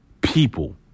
people